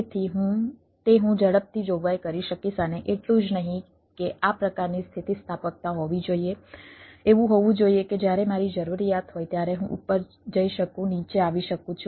તેથી તે હું ઝડપથી જોગવાઈ કરી શકીશ અને એટલું જ નહીં કે આ પ્રકારની સ્થિતિસ્થાપકતા હોવી જોઈએ એવું હોવું જોઈએ કે જ્યારે મારી જરૂરિયાત હોય ત્યારે હું ઉપર જઈ શકું નીચે આવી શકું છું